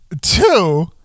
two